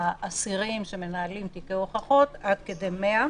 האסירים שמנהלים תיקי הוכחות עד כדי 100,